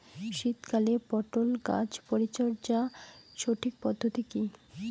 শীতকালে পটল গাছ পরিচর্যার সঠিক পদ্ধতি কী?